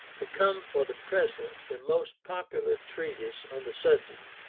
become for the present the most popular treatise on the subject,